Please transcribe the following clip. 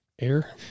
air